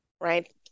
right